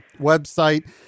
website